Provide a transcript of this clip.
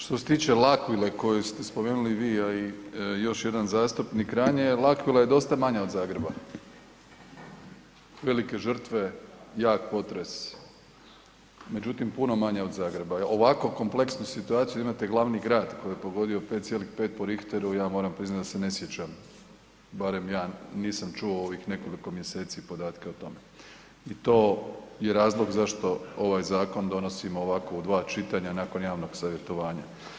Što se tiče L'Aquile koju ste spomenuli vi, a i još jedan zastupnik ranije, L'Aquila je dosta manja od Zagreba, velike žrtve, jak potres, međutim, puno manje od Zagreba, ovako kompleksnu situaciju imate glavni grad koje je pogodio 5,5 po Richteru, ja moram priznati da se ne sjećam, barem ja nisam čuo u ovih nekoliko mjeseci podatke o tome i to je razlog zašto ovaj zakon donosimo ovako u 2 čitanja nakon javnog savjetovanja.